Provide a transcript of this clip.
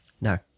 No